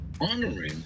honoring